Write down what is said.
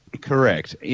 Correct